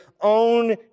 own